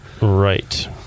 Right